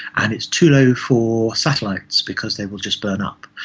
and it's too low for satellites because they will just burn up.